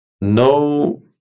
no